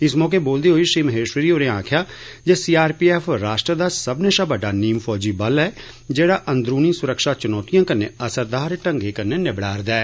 इस मौके बोलदे होई श्री माहेश्वरी होरें आक्खेआ जे सीआरपीएफ राष्ट्र दा सब्बनें शा बड़्ड नीम फौजी बल ऐ जेड़ा अंदरूनी सुरक्षा चुनौतिएं कन्नै असरदार ढंगै कन्नै निब्बड़दा ऐ